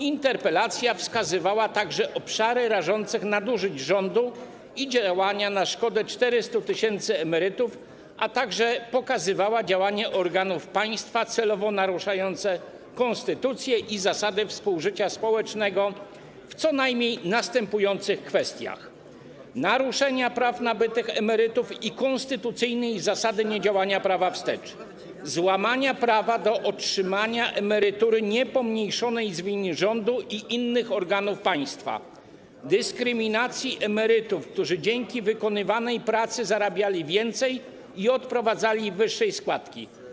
Interpelacja wskazywała także obszary rażących nadużyć rządu i działania na szkodę 400 tys. emerytów, a także pokazywała działanie organów państwa celowo naruszające konstytucję i zasadę współżycia społecznego w co najmniej kilku następujących kwestiach: naruszenia praw nabytych emerytów i konstytucyjnej zasady niedziałania prawa wstecz, złamania prawa do otrzymania emerytury niepomniejszonej z winy rządu i innych organów państwa, dyskryminacji emerytów, którzy dzięki wykonywanej pracy zarabiali więcej i odprowadzali wyższe składki.